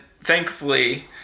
thankfully